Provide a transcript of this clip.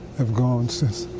have gone since.